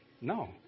No